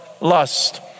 lust